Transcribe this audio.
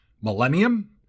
Millennium